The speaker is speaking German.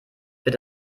wird